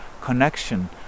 connection